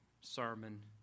sermon